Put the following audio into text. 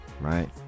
right